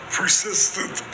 persistent